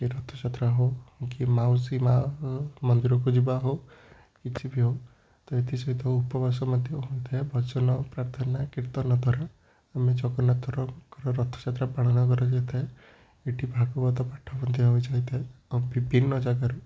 କି ରଥଯାତ୍ରା ହେଉ କି ମାଉସୀ ମା' ମନ୍ଦିରକୁ ଯିବା ହେଉ କିଛି ବି ହେଉ ତ ଏଥିସହିତ ଉପବାସ ମଧ୍ୟ ହୋଇଥାଏ ଭଜନ ପ୍ରାର୍ଥନା କୀର୍ତ୍ତନ ଦ୍ୱାରା ଆମେ ଜଗନ୍ନାଥଙ୍କର ରଥଯାତ୍ରା ପାଳନ କରାଯାଇଥାଏ ଏଠି ଭାଗବତ ପାଠ ମଧ୍ୟ ହୋଇଯାଇଥାଏ ଆଉ ବିଭିନ୍ନ ଜାଗାରୁ